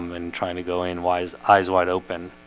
um and trying to go in wise eyes wide open.